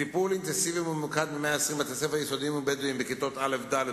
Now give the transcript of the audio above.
טיפול אינטנסיבי וממוקד בכיתות א' ד'